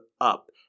up